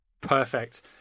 Perfect